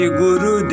guru